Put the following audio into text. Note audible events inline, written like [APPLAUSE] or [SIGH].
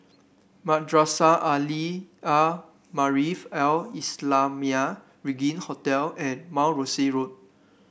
Madrasah [UNINTELLIGIBLE] are Maarif Al Islamiah Regin Hotel and Mount Rosie Road